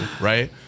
right